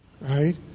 right